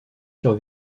sur